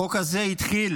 החוק הזה התחיל